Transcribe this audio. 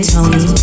Tony